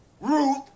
Ruth